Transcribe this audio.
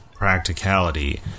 Practicality